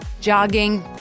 Jogging